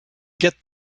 get